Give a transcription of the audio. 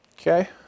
Okay